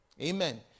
amen